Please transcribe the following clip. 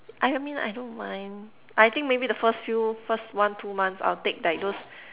I I mean I don't mind I think maybe the first few first one two months I'll take like those